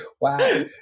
wow